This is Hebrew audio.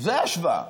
זו ההשוואה,